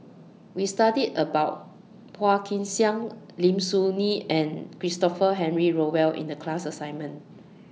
We studied about Phua Kin Siang Lim Soo Ngee and Christopher Henry Rothwell in The class assignment